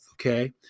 Okay